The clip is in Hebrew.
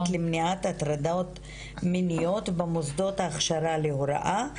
למניעת הטרדות מיניות במוסדות ההכשרה להוראה.